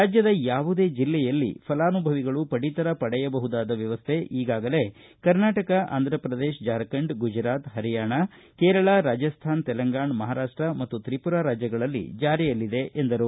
ರಾಜ್ಯದ ಯಾವುದೇ ಜಿಲ್ಲೆಯಲ್ಲಿ ಫಲಾನುಭವಿಗಳು ಪಡಿತರ ಪಡೆಯಬಹುದಾದ ವ್ಕವಸ್ಥೆ ಈಗಾಗಲೇ ಕರ್ನಾಟಕ ಅಂಥ ಪ್ರದೇಶ ಜಾರ್ಖಂಡ್ ಗುಜರಾತ್ ಪರಿಯಾಣ ಕೇರಳ ರಾಜಸ್ಥಾನ ತೆಲಂಗಾಣ ಮಹಾರಾಷ್ಟ ಮತ್ತು ತ್ರಿಪುರಾ ರಾಜ್ಯಗಳಲ್ಲಿ ಜಾರಿಯಲ್ಲಿದೆ ಎಂದರು